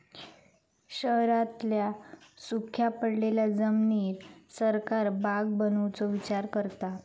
शहरांतल्या सुख्या पडलेल्या जमिनीर सरकार बाग बनवुचा विचार करता